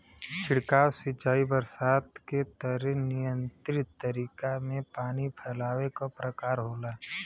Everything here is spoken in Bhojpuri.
छिड़काव सिंचाई बरसात के तरे नियंत्रित तरीका से पानी फैलावे क प्रकार होला